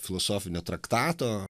filosofinio traktato